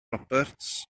roberts